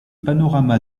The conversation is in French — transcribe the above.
panorama